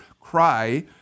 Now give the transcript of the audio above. cry